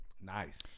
Nice